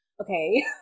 okay